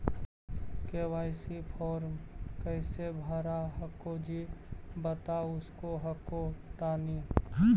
KYC फॉर्मा कैसे भरा हको जी बता उसको हको तानी?